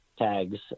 tags